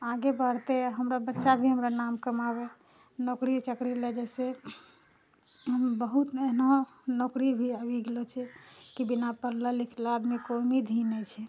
आगे बढ़तै हमरा बच्चा भी हमरा नाम कमाबै नौकरी चाकरी लय जइसे बहुत अहिनो नौकरी भी आबि गेलो छै कि बिना पढ़ला लिखला आदमी को उम्मीद ही नहि छै